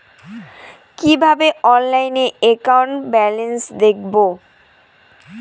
কিভাবে অনলাইনে account balance দেখবো?